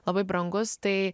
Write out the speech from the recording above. labai brangus tai